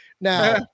Now